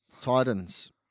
Titans